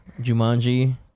Jumanji